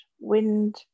wind